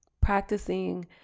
Practicing